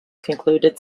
concluded